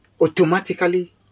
automatically